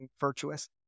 virtuous